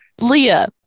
Leah